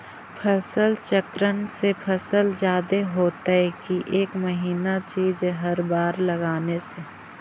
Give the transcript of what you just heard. फसल चक्रन से फसल जादे होतै कि एक महिना चिज़ हर बार लगाने से?